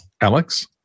Alex